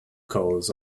cause